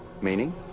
Meaning